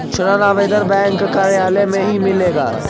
ऋण आवेदन बैंक कार्यालय मे ही मिलेला?